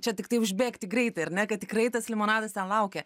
čia tiktai užbėgti greitai ar ne kad tikrai tas limonadas ten laukia